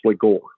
gore